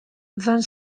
van